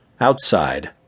Outside